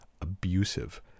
abusive